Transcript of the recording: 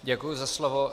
Děkuji za slovo.